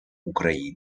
україни